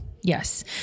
Yes